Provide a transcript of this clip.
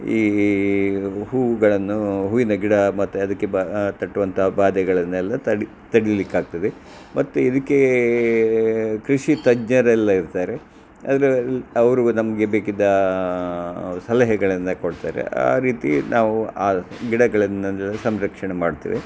ಈ ಹೂಗಳನ್ನೂ ಹೂವಿನ ಗಿಡ ಮತ್ತು ಅದಕ್ಕೆ ಬಾ ತಟ್ಟುವಂಥ ಬಾಧೆಗಳನ್ನೆಲ್ಲ ತಡಿ ತಡೆಯಲಿಕ್ಕಾಗ್ತದೆ ಮತ್ತು ಇದಕ್ಕೆ ಕೃಷಿ ತಜ್ಞರೆಲ್ಲ ಇರ್ತಾರೆ ಅದ್ರಲ್ಲಿ ಅವರು ನಮಗೆ ಬೇಕಿದ್ದ ಸಲಹೆಗಳನ್ನು ಕೊಡ್ತಾರೆ ಆ ರೀತಿ ನಾವು ಆ ಗಿಡಗಳನ್ನೆಲ್ಲ ಸಂರಕ್ಷಣೆ ಮಾಡ್ತೀವಿ